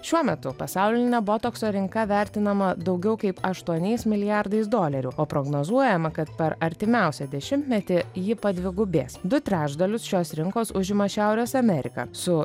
šiuo metu pasaulinė botokso rinka vertinama daugiau kaip aštuoniais milijardais dolerių o prognozuojama kad per artimiausią dešimtmetį ji padvigubės du trečdalius šios rinkos užima šiaurės amerika su